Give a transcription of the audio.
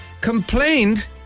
complained